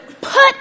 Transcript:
put